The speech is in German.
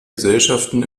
gesellschaften